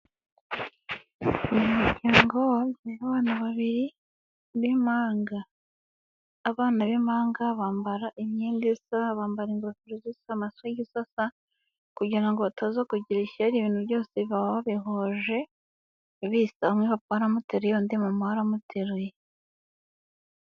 Umuryango babyaye abana babiri b'impanga. Abana b'impanga bambara imyenda isa ,bambara ingofero zisa, amasogisi asa kugira ngo bataza kugira ishyari ibintu byose baba babihuje bisa. umwe papa we aramuteruye undi mama we amuteruye.